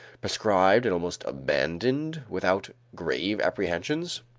proscribed and almost abandoned, without grave apprehensions?